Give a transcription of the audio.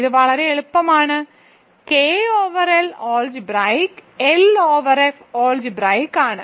ഇത് വളരെ എളുപ്പമാണ് K over L algebraic L over F algebraic ആണ്